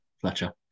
Fletcher